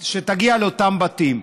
שיגיעו לאותם בתים.